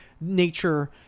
nature